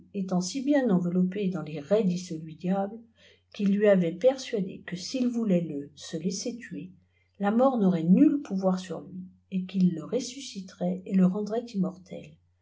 étant si bien enveloppé dans les rets d'icelui diable qu'il lui avait persuadé que s'il voulait se laisser tuer la mort n'aurait nul pouvoir sur lui et qu'il le ressusciterait et le rendrait immortel